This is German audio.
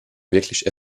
wirklich